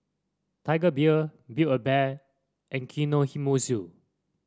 Tiger Beer Build A Bear and Kinohimitsu